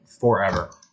forever